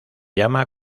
llama